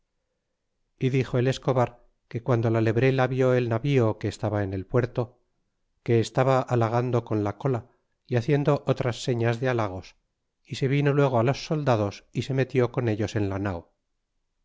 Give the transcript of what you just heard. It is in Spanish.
y dixo el escobar que guando la lebrela vió el navío que estaba en el puerto que estaba halagando con la cola y haciendo otras señas de halagos y se vino luego los soldados y se metió con ellos en la nao